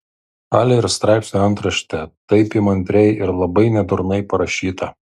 ale ir straipsnio antraštė taip įmantriai ir labai nedurnai parašyta